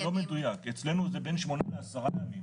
זה לא מדוייק, אצלנו זה בין שמונה לעשרה ימים.